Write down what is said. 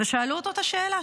ושאלו אותו את השאלה.